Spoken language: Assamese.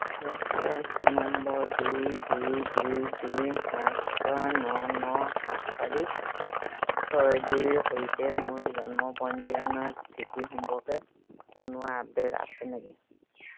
ৰেফাৰেন্স নম্বৰ দুই দুই দুই দুই সাত ছয় ন ন সাত চাৰি ছয় দুইৰ সৈতে মোৰ জন্ম পঞ্জীয়নৰ স্থিতি সম্পৰ্কে কোনো আপডে'ট আছে নেকি